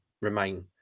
remain